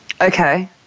Okay